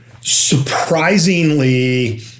surprisingly